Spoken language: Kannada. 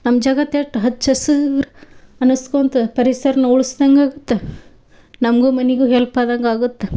ನಮ್ಮ ಜಗತ್ತು ಎಟ್ ಹಚ್ಚ ಹಸ್ರು ಅನಿಸ್ಕೊತಾ ಪರಿಸರನ ಉಳಿಸ್ದಂಗೆ ಆಗುತ್ತೆ ನಮಗೂ ಮನೆಗೂ ಹೆಲ್ಪ್ ಆದಂಗಾಗುತ್ತೆ